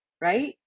right